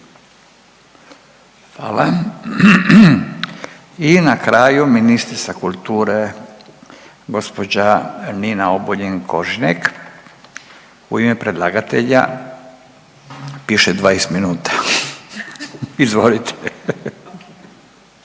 Hvala. I na kraju ministrica kulture gospođa Nina Obuljen Koržinek u ime predlagatelja, piše 20 minuta. Izvolite.